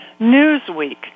Newsweek